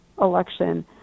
election